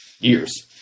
years